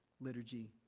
Liturgy